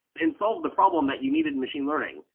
and solved the problem that you needed machine learning.